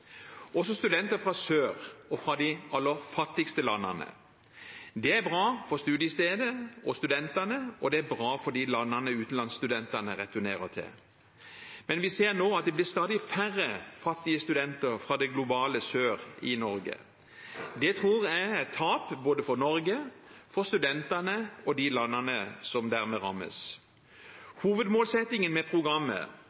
også studenter fra sør og fra de aller fattigste landene. Det er bra for studiestedet og studentene, og det er bra for de landene utenlandsstudentene returnerer til. Men vi ser nå at det blir stadig færre fattige studenter fra det globale sør i Norge. Det tror jeg er et tap både for Norge, for studentene og for de landene som dermed